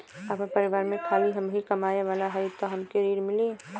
आपन परिवार में खाली हमहीं कमाये वाला हई तह हमके ऋण मिली?